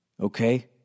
okay